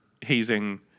hazing